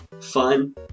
fun